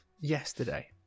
yesterday